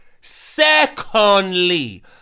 Secondly